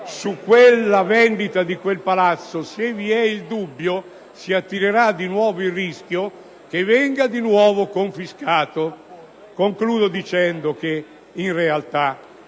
sulla vendita di quel palazzo, se vi è il dubbio, si attirerà di nuovo il rischio che venga confiscato. Concludo dicendo che, in realtà,